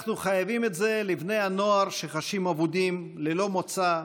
אנחנו חייבים את זה לבני הנוער שחשים אבודים ללא מוצא,